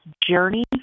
Journey